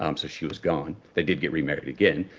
um so she was gone. they did get remarried again.